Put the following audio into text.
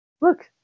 look